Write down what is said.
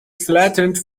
flattened